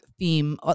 theme